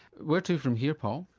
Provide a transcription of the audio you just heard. where to from here paul?